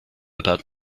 about